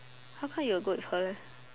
how come you will go with her leh